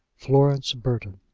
florence burton.